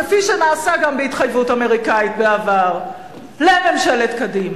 כפי שנעשה גם בהתחייבות אמריקנית בעבר לממשלת קדימה,